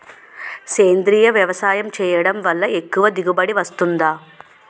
సేంద్రీయ వ్యవసాయం చేయడం వల్ల ఎక్కువ దిగుబడి వస్తుందా?